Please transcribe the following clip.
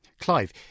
Clive